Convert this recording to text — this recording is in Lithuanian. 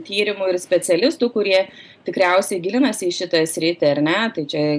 tyrimų ir specialistų kurie tikriausiai gilinasi į šitą sritį ar ne tai čia